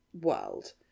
world